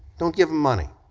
don't give them money.